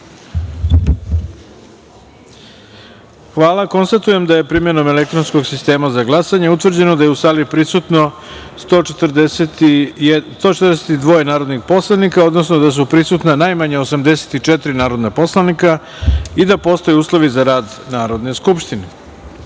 sistema. Konstatujem da je primenom elektronskog sistema za glasanje, utvrđeno da je u sali prisutno 142 narodna poslanika, odnosno da su prisutna najmanje 84 narodna poslanika i da postoje uslovi za rad Narodne skupštine. Da